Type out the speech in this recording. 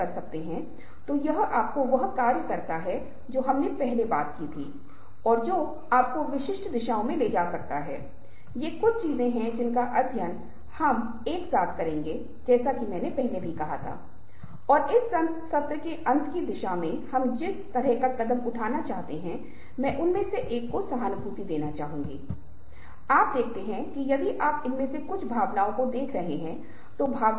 लेकिन मैंने जो कुछ भी कहा और किया उसके बारे में जब मैंने आपसे बात की तो सुनने और बोलने के बारे में अभी भी अच्छी बात होगी जो ईमानदार है खुद भी ईमानदार रहें अपने मन में जो भी है उसके बारे में बोलने से न डरें बल्कि विनम्र बनें इसे इंगित करें यदि आप किसी ऐसी चीज से सहमत नहीं हैं जिसे आप इसे अप्रत्यक्ष तरीके से पेश करते हैं ताकि दोनों के बीच संभावित समझौते को कहने की गुंजाइश हमेशा बनी रहे